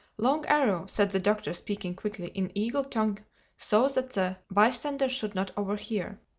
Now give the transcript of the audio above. long arrow, said the doctor speaking quickly in eagle tongue so that the bystanders should not overhear,